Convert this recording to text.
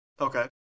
Okay